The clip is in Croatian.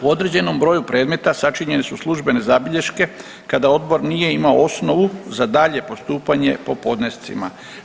U određenom broju predmeta sačinjene su službene zabilješke kada odbor nije imao osnovu za dalje postupanje po podnescima.